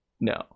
No